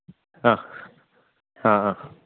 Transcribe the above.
ആ ആ ആ